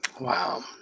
Wow